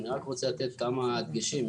אני רק רוצה לתת כמה דגשים.